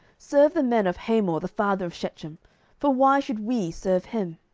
serve the men of hamor the father of shechem for why should we serve him?